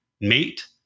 mate